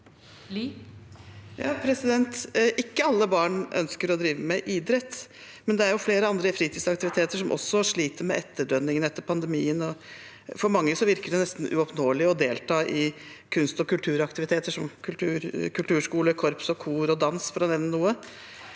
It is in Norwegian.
Ikke alle barn ønsker å drive med idrett, men det er flere andre fritidsaktiviteter som også sliter med etterdønningene etter pandemien. For mange virker det nesten uoppnåelig å delta i kunst- og kulturaktiviteter som kulturskole, korps, kor og dans,